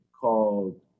called